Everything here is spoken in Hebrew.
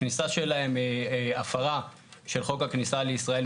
הכניסה שלהם היא הפרה של חוק הכניסה לישראל,